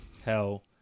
hell